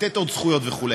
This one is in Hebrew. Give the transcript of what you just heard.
לתת עוד זכויות וכו'.